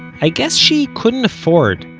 i guess she couldn't afford,